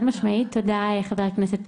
תודה רבה.